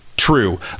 true